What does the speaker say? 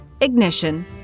ignition